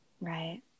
Right